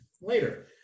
later